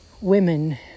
women